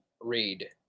read